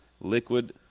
liquid